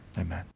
Amen